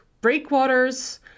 breakwaters